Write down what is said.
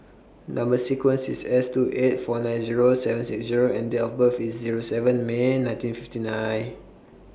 Number sequence IS S two eight four nine Zero seven six Zero and Date of birth IS Zero seven May nineteen fifty nine